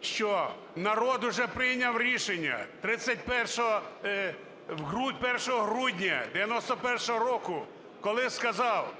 що народ вже прийняв рішення 1 грудня 91-го року, коли сказав,